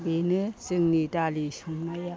बेनो जोंनि दालि संनाया